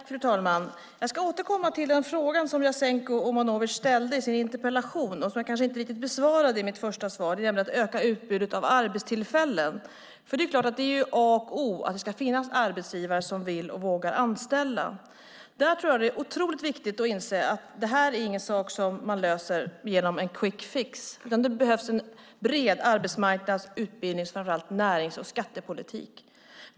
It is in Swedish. Fru talman! Jag ska återkomma till den fråga som Jasenko Omanovic ställde i sin interpellation och som jag kanske inte riktigt besvarade i mitt första inlägg, nämligen att öka utbudet av arbetstillfällen. Det är A och O att det ska finnas arbetsgivare som vill och vågar anställa. Det är otroligt viktigt att inse att det är inte en sak som man löser med hjälp av en quick fix. Det behövs en bred arbetsmarknads-, utbildnings och framför allt närings och skattepolitik.